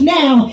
now